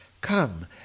Come